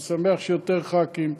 ואני שמח שיותר חברי כנסת